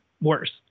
worse